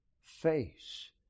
face